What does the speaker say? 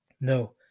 No